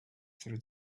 through